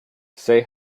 say